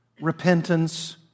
Repentance